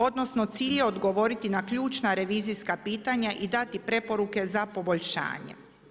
Odnosno, cilj je odgovoriti na ključna revizijska pitanja i dati preporuke za poboljšanje.